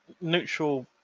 neutral